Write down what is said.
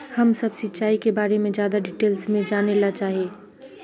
हम सब सिंचाई के बारे में ज्यादा डिटेल्स में जाने ला चाहे?